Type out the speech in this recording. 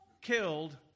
killed